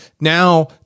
now